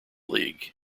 league